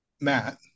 Matt